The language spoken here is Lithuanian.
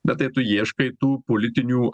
bet tai tu ieškai tų politinių